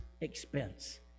Expense